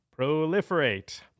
proliferate